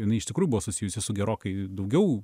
jinai iš tikrųjų buvo susijusi su gerokai daugiau